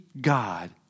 God